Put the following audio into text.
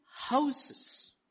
houses